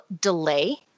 delay